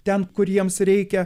ten kur jiems reikia